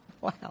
Wow